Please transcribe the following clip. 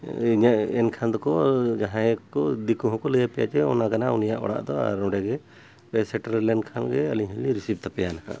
ᱤᱧᱟᱹᱜ ᱮᱱᱠᱷᱟᱱ ᱫᱚᱠᱚ ᱡᱟᱦᱟᱸᱭ ᱠᱚ ᱫᱤᱠᱩ ᱦᱚᱸᱠᱚ ᱞᱟᱹᱭ ᱯᱮᱭᱟ ᱡᱮ ᱚᱱᱟ ᱠᱟᱱᱟ ᱩᱱᱤᱭᱟᱜ ᱚᱲᱟᱜ ᱫᱚ ᱟᱨ ᱱᱚᱰᱮ ᱜᱮ ᱯᱮ ᱥᱮᱴᱮᱨ ᱞᱮᱱᱠᱷᱟᱱ ᱜᱮ ᱟᱹᱞᱤᱧ ᱦᱚᱸᱞᱤᱧ ᱨᱤᱥᱤᱵᱷ ᱛᱟᱯᱮᱭᱟ ᱱᱟᱦᱟᱜ